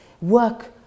Work